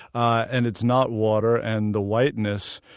and it's not water, and the whiteness,